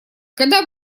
когда